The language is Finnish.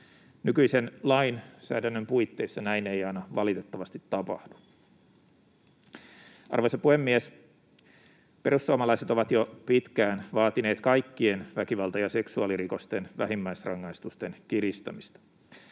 Nykyisen lainsäädännön puitteissa näin ei aina valitettavasti tapahdu. Arvoisa puhemies! Perussuomalaiset ovat jo pitkään vaatineet kaikkien väkivalta- ja seksuaalirikosten vähimmäisrangaistusten kiristämistä.